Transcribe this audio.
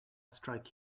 strike